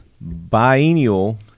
biennial